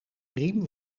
riem